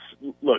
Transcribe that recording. look